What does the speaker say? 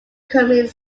commit